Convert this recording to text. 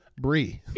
brie